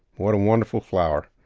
what a wonderful flower.